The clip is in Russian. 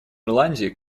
ирландии